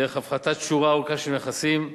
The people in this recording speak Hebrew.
דרך הפחתת שורה ארוכה של מכסים,